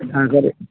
ಹಾಂ ಸರಿ